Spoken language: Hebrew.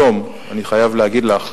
היום, אני חייב להגיד לך,